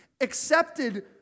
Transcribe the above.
accepted